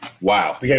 Wow